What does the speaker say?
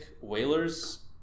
Whalers